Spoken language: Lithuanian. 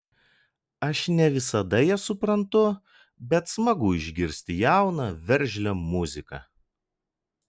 aš ne visada ją suprantu bet smagu išgirsti jauną veržlią muziką